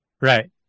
right